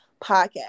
podcast